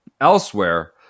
Elsewhere